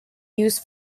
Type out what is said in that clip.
used